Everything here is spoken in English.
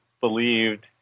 believed